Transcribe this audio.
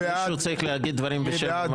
אז מישהו צריך להגיד דברים בשם אומרם.